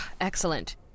Excellent